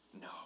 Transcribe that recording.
No